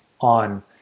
on